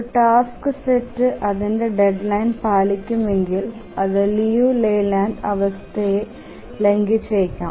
ഒരു task set അതിന്റെ deadline പാലിക്കുമെങ്കിലും അത് ലിയു ലെയ്ലാൻഡ് അവസ്ഥയെ ലംഘിച്ചേക്കാം